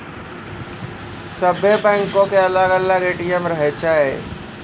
सभ्भे बैंको के अलग अलग ए.टी.एम रहै छै